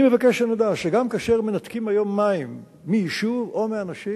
אני מבקש שנדע שגם כאשר מנתקים מים היום מיישוב או מאנשים,